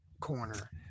corner